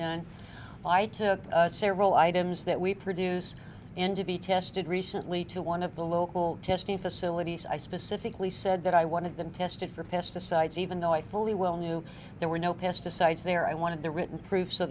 done i took several items that we produce and to be tested recently to one of the local testing facilities i specifically said that i wanted them tested for pesticides even though i fully well knew there were no pesticides there i wanted the written proof so